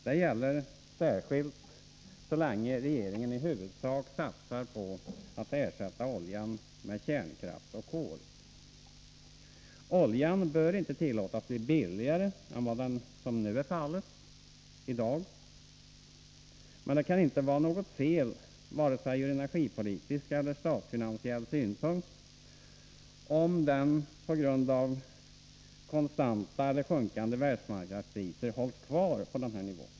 Detta gäller särskilt så länge regeringen i huvudsak satsar på att ersätta oljan med kärnkraft och kol. Oljan bör inte tillåtas bli billigare än vad som i dag är fallet, men det kan inte vara något fel vare sig ur energipolitisk eller ur statsfinansiell synpunkt, om den på grund av konstanta eller sjunkande världsmarknadspriser hålls kvar på denna nivå.